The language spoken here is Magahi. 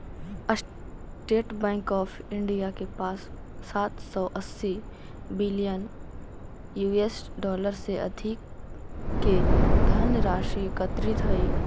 स्टेट बैंक ऑफ इंडिया के पास सात सौ अस्सी बिलियन यूएस डॉलर से अधिक के धनराशि एकत्रित हइ